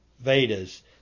Vedas